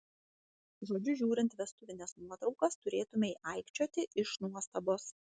žodžiu žiūrint vestuvines nuotraukas turėtumei aikčioti iš nuostabos